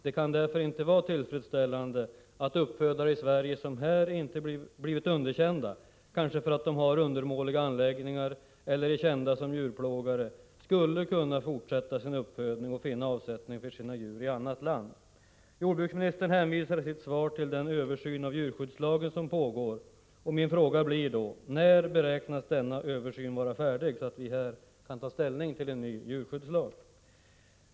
Det kan därför inte vara tillfredsställande att uppfödare i Sverige som blivit underkända, kanske för att de har undermåliga anläggningar eller är kända som djurplågare, skulle kunna fortsätta sin uppfödning och finna avsättning för sina djur i annat land. Jordbruksministern hänvisar till den översyn av djurskyddslagen som pågår. Min fråga blir: När beräknas denna översyn vara färdig, så att vi här kan ta ställning till en ny djurskyddslag?